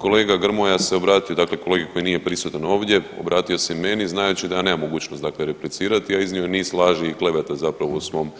Kolega Grmoja se obratio dakle kolegi koji nije prisutan ovdje, obratio se meni znajući da ja nemam mogućnost dakle, replicirati, a iznio je niz laži i kleveta zapravo u svom,